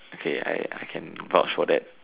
okay I I can vouch for that